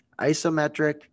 isometric